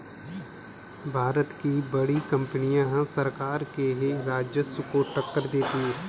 भारत की बड़ी कंपनियां सरकार के राजस्व को टक्कर देती हैं